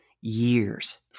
years